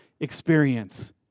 experience